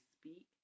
speak